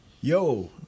yo